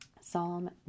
psalm